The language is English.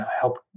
help